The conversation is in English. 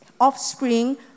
offspring